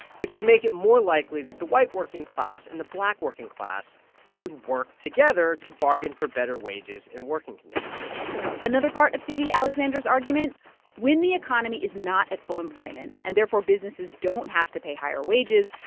which would make it more likely that the white working class and the black working class would work together to bargain for better wages and working conditions another part of sadie alexander's argument when the economy is not at full employment, and therefore businesses don't have to pay higher wages,